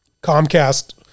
Comcast